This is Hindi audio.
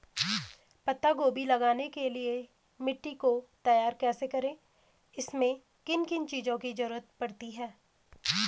पत्ता गोभी लगाने के लिए मिट्टी को तैयार कैसे करें इसमें किन किन चीज़ों की जरूरत पड़ती है?